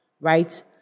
right